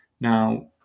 Now